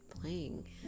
playing